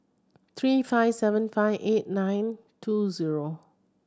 three five seven five eight nine two zero